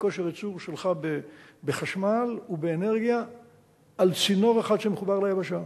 מכושר הייצור שלך בחשמל ובאנרגיה על צינור אחד שמחובר ליבשה,